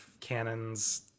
cannons